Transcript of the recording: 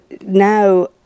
now